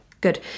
Good